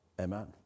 Amen